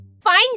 Fine